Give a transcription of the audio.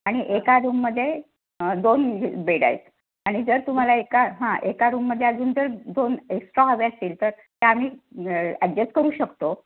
आणि एका रूममध्ये दोन बेड आहेत आणि जर तुम्हाला एका हां एका रूममध्ये अजून जर दोन एक्स्ट्रा हवे असतील तर ते आम्ही ॲकजस करू शकतो